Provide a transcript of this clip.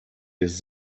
jest